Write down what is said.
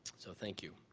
so thank you.